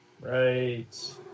Right